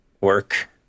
work